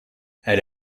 elle